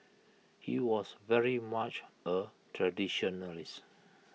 he was very much A traditionalist